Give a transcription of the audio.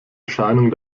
erscheinung